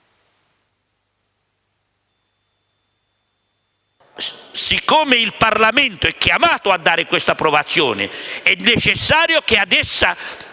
Poiché il Parlamento è chiamato a dare questa approvazione, è necessario che ad esso